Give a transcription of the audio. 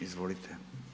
Izvolite.